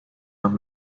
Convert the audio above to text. nach